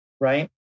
right